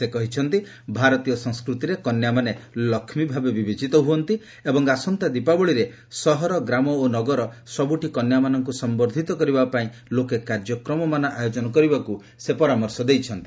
ସେ କହିଛନ୍ତି ଭାରତୀୟ ସଂସ୍କୃତିରେ କନ୍ୟାମାନେ ଲକ୍ଷ୍ମୀ ଭାବେ ବିବେଚିତ ହୁଅନ୍ତି ଏବଂ ଆସନ୍ତା ଦୀପାବଳିରେ ସହର ଗ୍ରାମ ଓ ନଗର ସବୁଠି କନ୍ୟାମାନଙ୍କୁ ସମ୍ଭର୍ଦ୍ଧିତ କରିବା ପାଇଁ ଲୋକେ କାର୍ଯ୍ୟକ୍ରମମାନ ଆୟୋଜନ କରିବାକୁ ସେ ପରାମର୍ଶ ଦେଇଛନ୍ତି